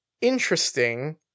interesting